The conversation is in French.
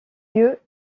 lieu